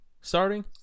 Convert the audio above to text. starting